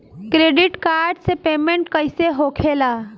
Credit card से payment कईसे होखेला?